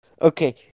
Okay